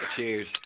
Cheers